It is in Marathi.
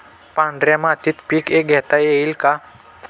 पांढऱ्या मातीत पीक घेता येईल का?